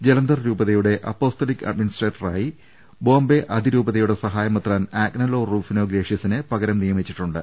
ജലന്ധർ രൂപതയുടെ apostolic അഡ്മിനിസ്ട്രേറ്ററായി Bombay അതിരൂപതയുടെ സഹായ മെത്രാൻ ആഗ്നലോ റൂഫിനോ ഗ്രേഷ്യസിനെ പകരം നിയമിച്ചിട്ടുണ്ട്